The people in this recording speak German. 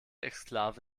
exklave